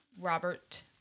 Robert